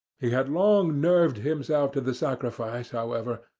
he had long nerved himself to the sacrifice, however,